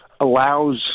allows